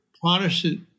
Protestant